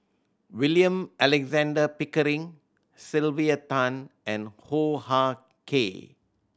William Alexander Pickering Sylvia Tan and Hoo Ah Kay